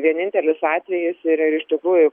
vienintelis atvejis ir iš tikrųjų